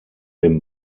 dem